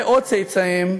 או לצאצאיהם שבינינו.